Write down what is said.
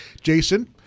Jason